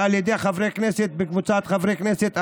על ידי קבוצת חברי כנסת אחרים.